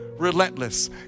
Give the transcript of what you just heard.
relentless